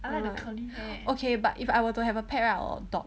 okay but if I were to have a pet lah or a dog